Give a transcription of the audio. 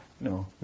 No